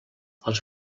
els